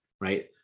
right